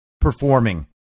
performing